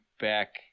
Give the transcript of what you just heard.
back